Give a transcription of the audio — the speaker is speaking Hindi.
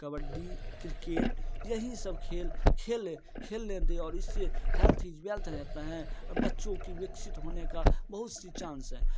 कबड्डी क्रिकेट यही सब खेल खेल खेलने दें और इससे हेल्थ इज़ वेल्थ रहता है और बच्चों की विकसित होने का बहुत सी चांस है